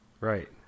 Right